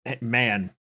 man